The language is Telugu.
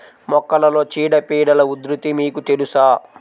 మొక్కలలో చీడపీడల ఉధృతి మీకు తెలుసా?